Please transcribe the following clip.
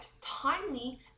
timely